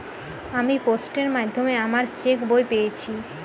আমি পোস্টের মাধ্যমে আমার চেক বই পেয়েছি